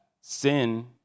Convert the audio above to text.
sin